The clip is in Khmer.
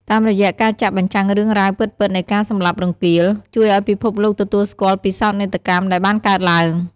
តាមរយៈការចាក់បញ្ចាំងរឿងរ៉ាវពិតៗនៃការសម្លាប់រង្គាល ជួយឲ្យពិភពលោកទទួលស្គាល់ពីសោកនាដកម្មដែលបានកើតឡើង។